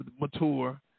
mature